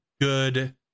good